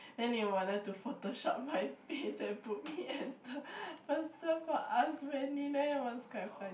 then they wanted to photoshop my face and put me as the person for ask Mandy then it was quite fun